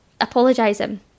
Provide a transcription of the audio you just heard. apologising